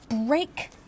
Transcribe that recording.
break